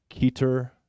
Keter